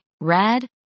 red